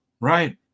Right